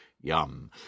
Yum